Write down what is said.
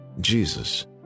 Jesus